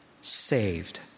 saved